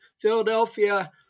Philadelphia